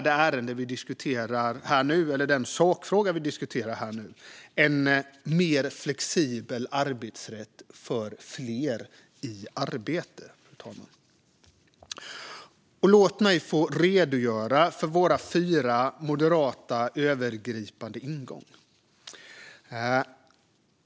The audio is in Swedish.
En sådan viktig reform gäller den sakfråga vi ska diskutera här nu: en mer flexibel arbetsrätt för fler i arbete. Låt mig redogöra för våra fyra moderata övergripande ingångar.